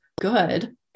good